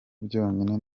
byonyine